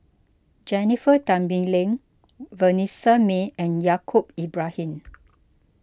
Jennifer Tan Bee Leng Vanessa Mae and Yaacob Ibrahim